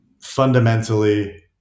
fundamentally